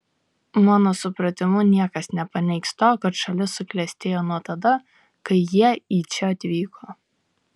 mano supratimu niekas nepaneigs to kad šalis suklestėjo nuo tada kai jie į čia atvyko